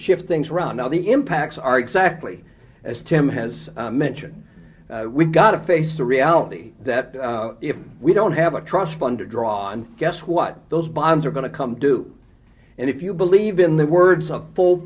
shift things around now the impacts are exactly as tim has mentioned we've got to face the reality that if we don't have a trust fund to draw on guess what those bonds are going to come due and if you believe in the words of full